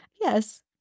Yes